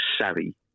savvy